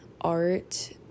art